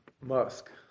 musk